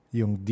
yung